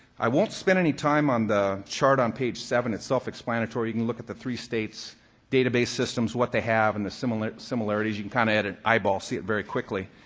i won't spend any time on the chart on page seven. it's self-explanatory. you can look at the three states' database systems, what they have, and the similarities. you can kind of at an eyeball see it very quickly.